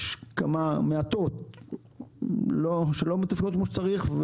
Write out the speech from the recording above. יש כמה מעטות שלא מתפקדות כמו שצריך,